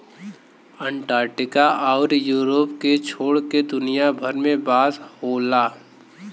Antarctica आउर Europe के छोड़ के दुनिया भर में बांस होला